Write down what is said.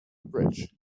bridge